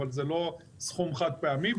אבל זה לא סכום חד פעמי.